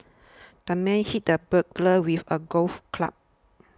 the man hit the burglar with a golf club